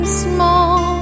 small